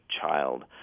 child